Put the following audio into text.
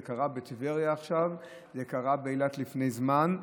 זה קרה בטבריה עכשיו, זה קרה באילת לפני זמן,